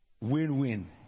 Win-win